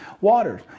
waters